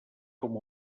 com